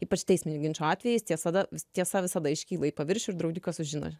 ypač teisminių ginčų atvejais tiesa da tiesa visada iškyla į paviršių ir draudikas sužino